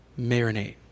marinate